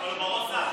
אבל בראש הוא שר.